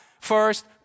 first